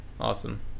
Awesome